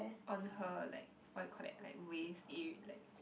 on her like what you call that like waist area like